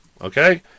Okay